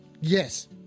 yes